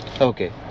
Okay